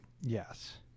Yes